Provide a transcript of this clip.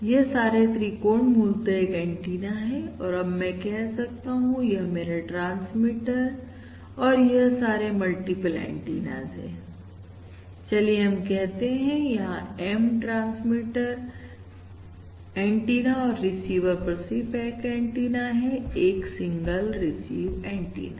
तो यह सारे त्रिकोण मूलतः एक एंटीना है और अब मैं कह सकता हूं यह मेरा ट्रांसमीटर और यह सारे मल्टीपल एंटीनाज है चलिए हम कहते हैं यहां M ट्रांसमिट एंटीना और रिसीवर पर सिर्फ एक एंटीना है एक सिंगल रिसीव एंटीना